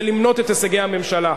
ולמנות את הישגי הממשלה.